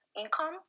income